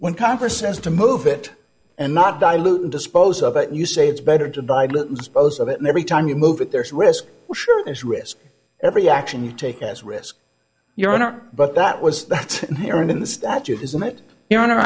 when congress as to move it and not dilute dispose of it you say it's better to buy most of it and every time you move it there's risk sure there's risk every action you take as risk your honor but that was that's there in the statute isn't it your honor